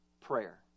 prayer